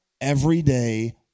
everyday